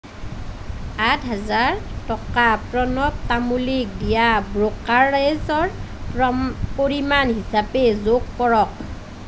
আঠ হাজাৰ টকা প্ৰণৱ তামুলীক দিয়া ব্ৰ'কাৰেজৰ পৰিমাণ হিচাপে যোগ কৰক